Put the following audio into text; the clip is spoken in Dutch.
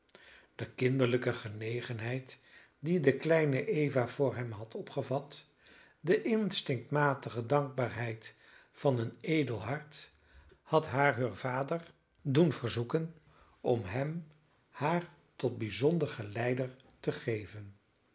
de kinderlijke genegenheid die de kleine eva voor hem had opgevat de instinctmatige dankbaarheid van een edel hart had haar heur vader doen verzoeken om hem haar tot bijzonder geleider te geven